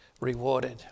rewarded